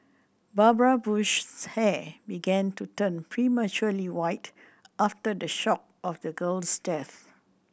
Barbara Bush's hair began to turn prematurely white after the shock of the girl's death